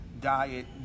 diet